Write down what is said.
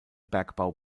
bergbau